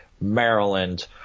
Maryland